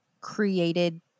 created